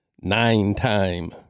nine-time